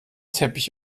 teppich